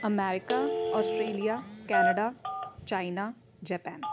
America Australia Canada China Japan